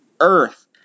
earth